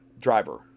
driver